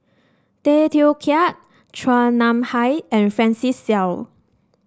Tay Teow Kiat Chua Nam Hai and Francis Seow